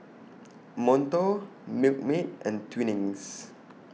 Monto Milkmaid and Twinings